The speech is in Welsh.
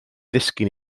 ddisgyn